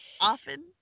often